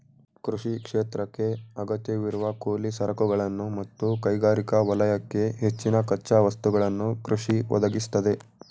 ಕೃಷಿ ಕ್ಷೇತ್ರಕ್ಕೇ ಅಗತ್ಯವಿರುವ ಕೂಲಿ ಸರಕುಗಳನ್ನು ಮತ್ತು ಕೈಗಾರಿಕಾ ವಲಯಕ್ಕೆ ಹೆಚ್ಚಿನ ಕಚ್ಚಾ ವಸ್ತುಗಳನ್ನು ಕೃಷಿ ಒದಗಿಸ್ತದೆ